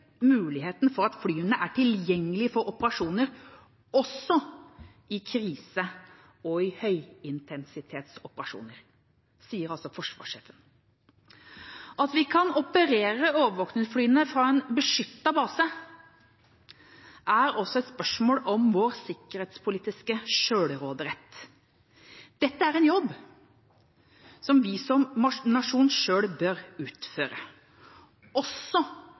muligheten for at flyene er tilgjengelig for operasjoner også i krise og i høyintensitetsoperasjoner.» Det sier altså forsvarssjefen. At vi kan operere overvåkningsflyene fra en beskyttet base, er også et spørsmål om vår sikkerhetspolitiske sjølråderett. Dette er en jobb som vi som nasjon sjøl bør utføre, også